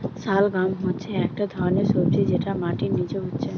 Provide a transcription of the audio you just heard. শালগাম হচ্ছে একটা ধরণের সবজি যেটা মাটির নিচে হচ্ছে